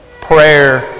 prayer